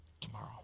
tomorrow